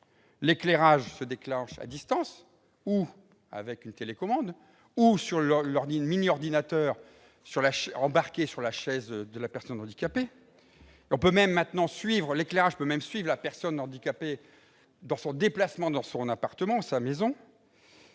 l'éclairage se déclenche à distance, avec une télécommande ou sur le mini-ordinateur embarqué sur la chaise roulante. L'éclairage peut même suivre la personne handicapée dans ses déplacements à travers l'appartement ou la maison.